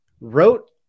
wrote